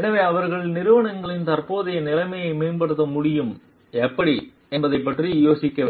எனவே அவர்கள் நிறுவனங்களில் தற்போதைய நிலையை மேம்படுத்த முடியும் எப்படி பற்றி யோசனைகள் வேண்டும்